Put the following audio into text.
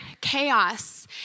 chaos